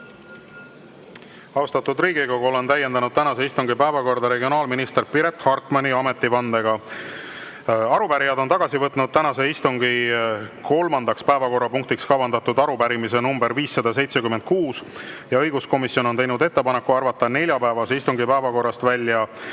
Austatud Riigikogu, olen täiendanud tänase istungi päevakorda regionaalminister Piret Hartmani ametivandega. Arupärijad on tagasi võtnud tänase istungi kolmandaks päevakorrapunktiks kavandatud arupärimise nr 576 ja õiguskomisjon on teinud ettepaneku arvata neljapäevase istungi päevakorrast välja